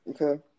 Okay